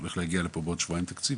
הולך להגיע לפה בעוד שבועיים תקציב,